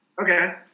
Okay